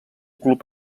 club